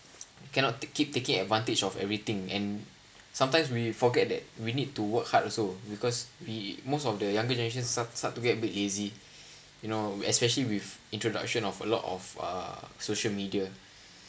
cannot take keep taking advantage of everything and sometimes we forget that we need to work hard also because we most of the younger generation start start to get a bit lazy you know especially with introduction of a lot of uh social media